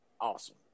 awesome